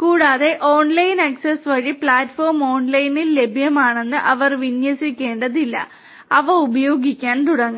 കൂടാതെ online access വഴി platform ഓൺലൈനിൽ ലഭ്യമാണെന്ന് അവർ വിന്യസിക്കേണ്ടതില്ല അവ ഉപയോഗിക്കാൻ തുടങ്ങും